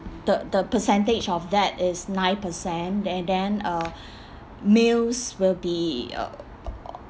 the the percentage of that is nine percent and then uh meals will be uh